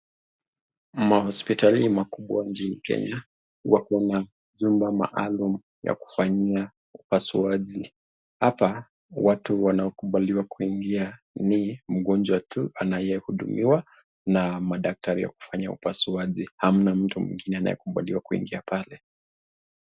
Mahospitali makubwa nchini Kenya, wako Na chumba maalum ya kufanyia upasuaji, apa watu wanao kubaliwa kuingia, ni mgonjwa tu anae hudumiwa na madaktari wakufanya upasuaji, hamna mtu mwengine anae kubaliwa kuingia pale.